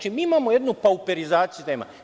Mi imamo jednu pauperizaciju sistema.